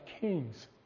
kings